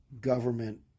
government